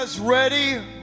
ready